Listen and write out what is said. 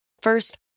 First